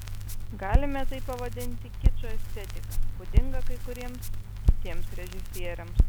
galime tai pavadinti kičo estetika būdinga kai kuriems kitiems režisieriams